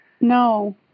No